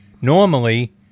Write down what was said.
Normally